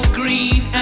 green